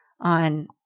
on